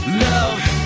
love